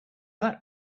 that